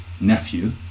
nephew